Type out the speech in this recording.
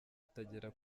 atagera